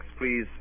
please